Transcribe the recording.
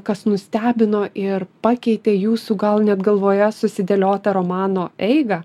kas nustebino ir pakeitė jūsų gal net galvoje susidėlioti romano eigą